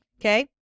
Okay